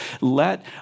let